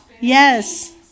yes